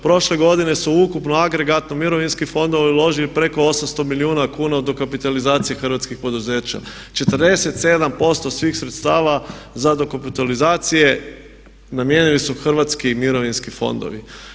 Prošle godine su ukupno agregat u mirovinske fondove uložili preko 800 milijuna kuna dokapitalizacije hrvatskih poduzeća, 47% svih sredstava za dokapitalizacije namijenjeni su hrvatski mirovinski fondovi.